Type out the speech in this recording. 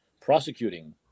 prosecuting